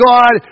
God